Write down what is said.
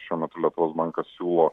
šiuo metu lietuvos bankas siūlo